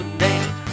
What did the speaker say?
name